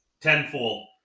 tenfold